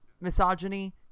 misogyny